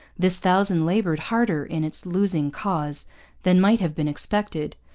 this thousand laboured harder in its losing cause than might have been expected.